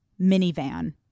minivan